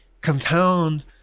compound